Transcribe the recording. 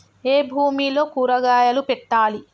ఏ భూమిలో కూరగాయలు పెట్టాలి?